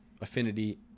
Affinity